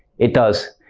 it does.